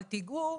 אל תגעו,